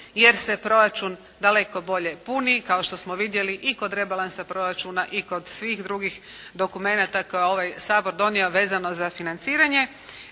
jer se proračun daleko bolje puni. Kao što smo vidjeli i kod rebalansa proračuna i kod svih drugih dokumenata koje je ovaj Sabor donio vezano za financiranje.